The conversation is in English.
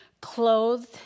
clothed